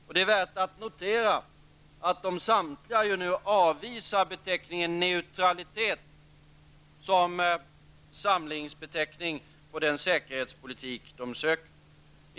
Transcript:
Och det är värt att notera att de samtliga avvisar neutralitet som samlingsbeteckning på den säkerhetspolitik de söker.